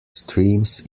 streams